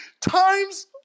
times